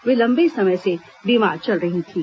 वे लंबे समय से बीमार चल रही थीं